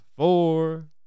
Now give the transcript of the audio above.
Four